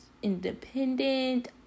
independent